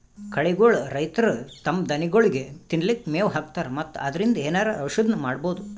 ಕಳಿಗೋಳ್ ರೈತರ್ ತಮ್ಮ್ ದನಗೋಳಿಗ್ ತಿನ್ಲಿಕ್ಕ್ ಮೆವ್ ಹಾಕ್ತರ್ ಮತ್ತ್ ಅದ್ರಿನ್ದ್ ಏನರೆ ಔಷದ್ನು ಮಾಡ್ಬಹುದ್